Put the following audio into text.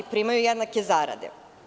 Primaju jednake zarade.